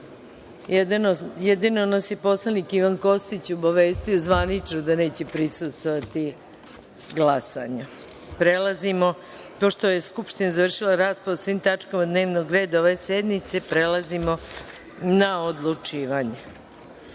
nas je poslanik Ivan Kostić obavestio zvanično da neće prisustvovati glasanju. Pošto je Skupština završila raspravu o svim tačkama dnevnog reda ove sednice, prelazimo na odlučivanje. Stavljam